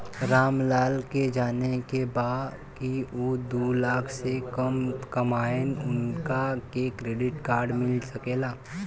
राम लाल के जाने के बा की ऊ दूलाख से कम कमायेन उनका के क्रेडिट कार्ड मिल सके ला?